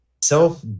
self